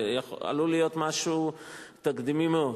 זה עלול להיות משהו תקדימי מאוד.